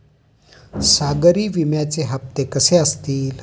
सागरी विम्याचे हप्ते कसे असतील?